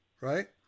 right